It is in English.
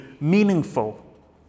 meaningful